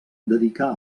dedicà